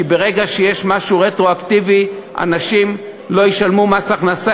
כי ברגע שיהיה משהו רטרואקטיבי אנשים לא ישלמו מס הכנסה,